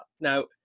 Now